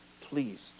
pleased